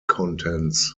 contents